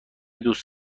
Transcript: دوست